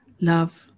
love